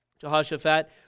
jehoshaphat